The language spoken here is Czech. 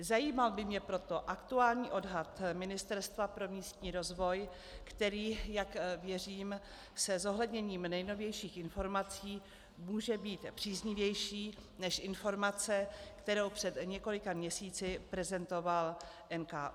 Zajímal by mě proto aktuální odhad Ministerstva pro místní rozvoj, který, jak věřím, se zohledněním nejnovějších informací může být příznivější než informace, kterou před několika měsíci prezentoval NKÚ.